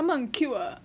他们很 cute uh